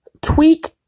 tweak